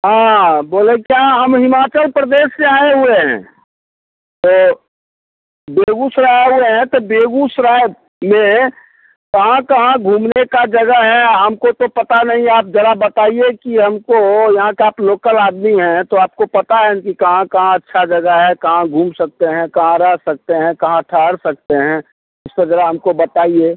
हाँ बोले क्या हम हिमाचल प्रदेश से आएँ हुए हैं तो बेगूसराय आए हुए हैं तो बेगूसराय में कहाँ कहाँ घूमने का जगह है हमको तो पता नहीं आप जरा बताइए कि हमको यहाँ का आप लोकल आदमी हैं तो आपको पता है ना कि कहाँ कहाँ अच्छा जगह है कहाँ घूम सकते हैं कहाँ रह सकते हैं कहाँ ठहर सकते हैं इसको जरा हमको बताइए